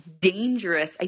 dangerous